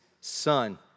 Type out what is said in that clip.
son